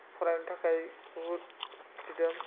फरायनो थाखाय बुहुद दिदोम